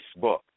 Facebook